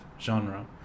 genre